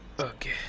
Okay